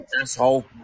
asshole